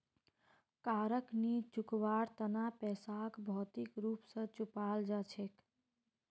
कारक नी चुकवार तना पैसाक भौतिक रूप स चुपाल जा छेक